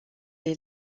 est